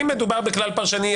אם מדובר בכלל פרשני,